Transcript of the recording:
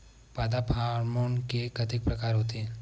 पादप हामोन के कतेक प्रकार के होथे?